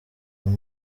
uyu